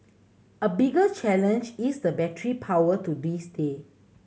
a bigger challenge is the battery power to this day